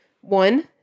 one